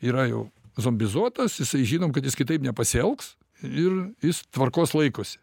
yra jau zombizuotas jisai žinom kad jis kitaip nepasielgs ir jis tvarkos laikosi